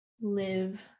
live